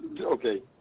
Okay